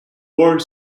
world